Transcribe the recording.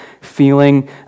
feeling